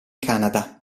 canada